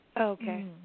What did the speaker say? Okay